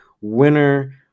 winner